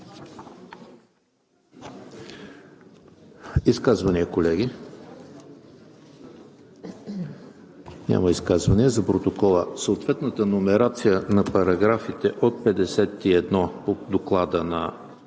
Изказвания, колеги? Няма. За протокола – съответната номерация на параграфите от 51 по Доклада на